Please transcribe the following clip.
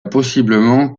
possiblement